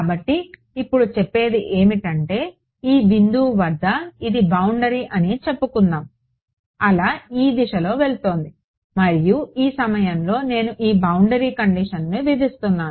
కాబట్టి ఇప్పుడు చెప్పేదేమిటంటేఈ బిందువు వద్ద ఇది బౌండరీ అని చెప్పుకుందాం అల ఈ దిశలో వెళుతోంది మరియు ఈ సమయంలో నేను ఈ బౌండరీ కండిషన్ను విధిస్తున్నాను